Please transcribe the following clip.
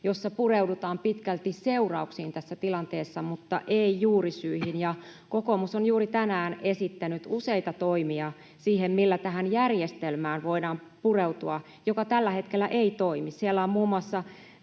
jossa pureudutaan pitkälti seurauksiin tässä tilanteessa mutta ei juurisyihin, ja kokoomus on juuri tänään esittänyt useita toimia siihen, millä voidaan pureutua tähän järjestelmään, joka tällä hetkellä ei toimi. Siellä on muun muassa